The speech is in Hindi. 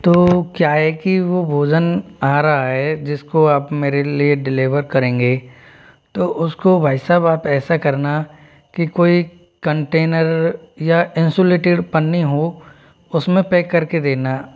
तो क्या है कि वो भोजन आ रहा है जिसको आप मेरे लिए डिलेवर करेंगे तो उसको भाई साहब आप ऐसा करना कि कोई कंटेनर या इंसुलेटेड पन्नी हो उसमें पैक करके देना